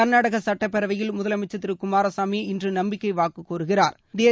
கள்நாடக சுட்டப்பேரவையில் முதலமைச்சள் திரு குமாரசாமி இன்று நம்பிக்கை வாக்கு கோருகிறா்